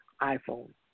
iPhone